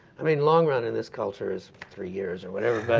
i mean, long run in this culture is three years or whatever,